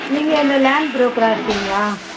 நீங்கள் இந்த லேண்ட் ப்ரோக்கராக இருக்கீங்களா